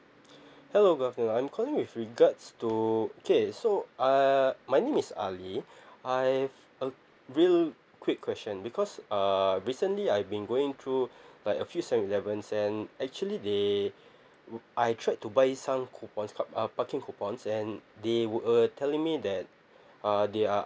hello I'm calling with regards to okay so uh my name is ali I've a real quick question because uh recently I've been going through like a few seven eleven and actually they I tried to buy some coupons pa~ uh parking coupons and they were telling me that uh they are